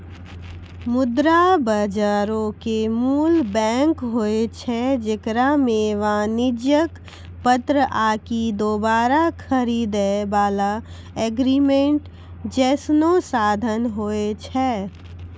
मुद्रा बजारो के मूल बैंक होय छै जेकरा मे वाणिज्यक पत्र आकि दोबारा खरीदै बाला एग्रीमेंट जैसनो साधन होय छै